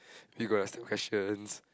you got the same questions